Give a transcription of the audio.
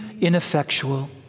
ineffectual